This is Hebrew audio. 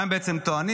מה בעצם הם טוענים?